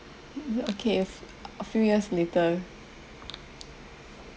um okay a f~ a few years later